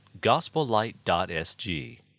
gospellight.sg